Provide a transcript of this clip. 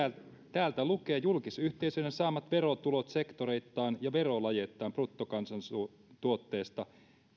täällä lukee julkisyhteisöjen saamat verotulot sektoreittain ja verolajeittain bruttokansantuotteesta